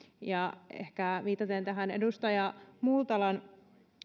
ehkä viitaten edustaja multalan